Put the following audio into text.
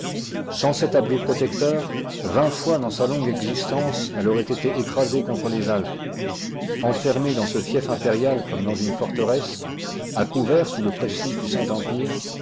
sans cet abri protecteur vingt fois dans sa longue existence elle aurait été écrasée contre les alpes enfermée dans ce fief impérial comme dans une forteresse à couvert sous le prestige du saint empire